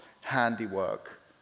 handiwork